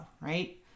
right